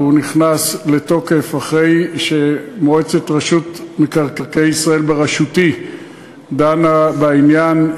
והוא נכנס לתוקף אחרי שמועצת מקרקעי ישראל בראשותי דנה בעניין.